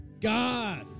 God